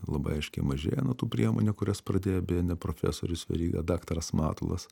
labai aiškiai mažėja nuo tų priemonių kurias pradėjo beje ne profesorius veryga o daktaras matulas